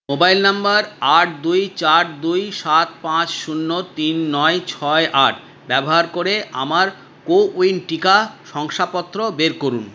mobile number আট দুই চার দুই সাত পাঁচ শূন্য তিন নয় ছয় আট ব্যবহার করে আমার কো উইন টিকা শংসাপত্র বের করুন